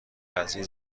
قضیه